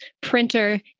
printer